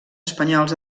espanyols